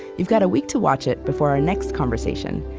you've got a week to watch it before our next conversation,